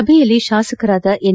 ಸಭೆಯಲ್ಲಿ ಶಾಸಕರಾದ ಎನ್